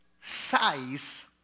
size